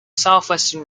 southwestern